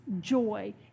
joy